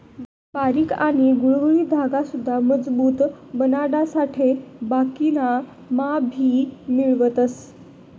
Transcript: बारीक आणि गुळगुळीत धागा सुद्धा मजबूत बनाडासाठे बाकिना मा भी मिळवतस